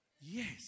Yes